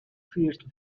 first